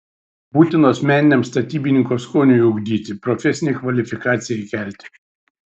būtinos meniniam statybininko skoniui ugdyti profesinei kvalifikacijai kelti